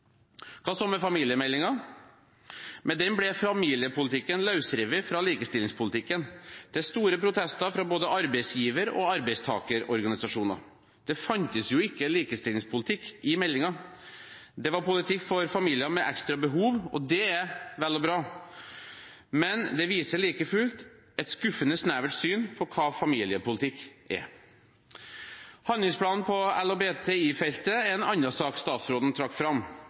Hva så med familiemeldingen? Med den ble familiepolitikken løsrevet fra likestillingspolitikken, til store protester fra både arbeidsgiver- og arbeidstakerorganisasjoner. Det fantes jo ikke likestillingspolitikk i meldingen. Det var politikk for familier med ekstra behov, og det er vel og bra, men det viser like fullt et skuffende snevert syn på hva familiepolitikk er. Handlingsplanen på LHBTI-feltet er en annen sak statsråden trakk fram.